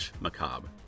macabre